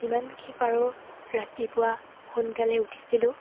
যিমানখিনি পাৰোঁ ৰাতিপুৱা সোনকালে উঠিছিলোঁ